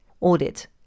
Audit